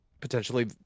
potentially